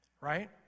right